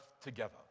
together